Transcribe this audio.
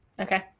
Okay